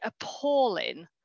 appalling